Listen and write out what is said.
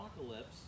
apocalypse